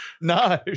No